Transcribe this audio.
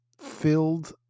filled